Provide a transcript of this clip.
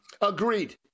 Agreed